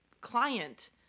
client